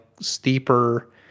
steeper